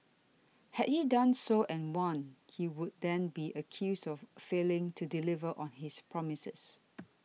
had he done so and won he would then be accused of failing to deliver on his promises